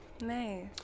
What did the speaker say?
Nice